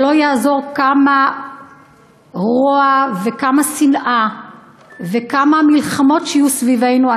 לא יעזור כמה רוע וכמה שנאה וכמה מלחמות יהיו סביבנו,